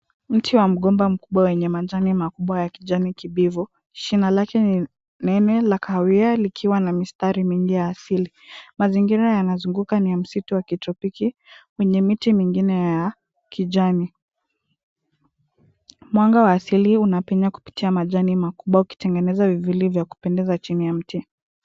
Mti wa mgomba mkubwa wenye majani makubwa wa kijani kibichi. Shina lake ni nene la kahawia likiwa na mistari mingi ya asili. Mazingira yanazunguka ni ya msitu wa kitropiki wenye miti mingine ya kijani. Mwanga wa asili unapenya kupitia majani makubwa ukitengeneza vivuli vya kupendeza chini ya mti.